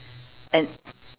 and